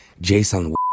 Jason